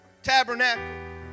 tabernacle